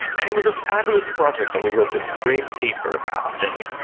and it was a fabulous project and we wrote a great paper about it,